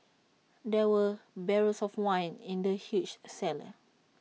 there were barrels of wine in the huge cellar